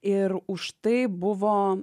ir už tai buvo